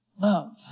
love